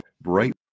bright